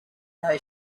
know